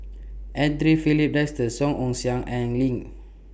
Andre Filipe Desker Song Ong Siang and Lin